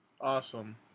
Awesome